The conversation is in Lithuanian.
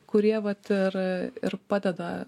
kurie vat ir ir padeda